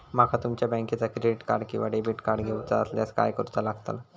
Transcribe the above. माका तुमच्या बँकेचा क्रेडिट कार्ड किंवा डेबिट कार्ड घेऊचा असल्यास काय करूचा लागताला?